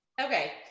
Okay